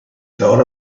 thought